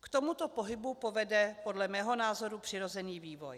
K tomuto pohybu povede podle mého názoru přirozený vývoj.